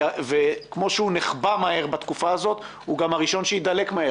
וכמו שהוא נכבה מהר בתקופה הזו הוא גם הראשון שיידלק מהר.